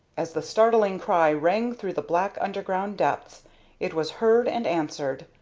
as the startling cry rang through the black underground depths it was heard and answered,